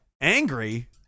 angry